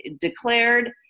declared